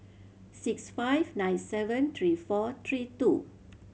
six five nine seven three four three two